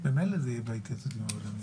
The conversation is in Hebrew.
ממילא זה יהיה בהתייעצות עם הוועדה המייעצת.